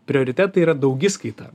prioritetai yra daugiskaita